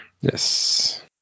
Yes